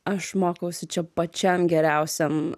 aš mokausi čia pačiam geriausiam